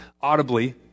Audibly